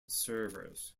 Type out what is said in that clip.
servers